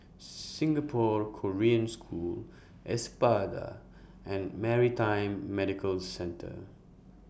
Singapore Korean School Espada and Maritime Medical Centre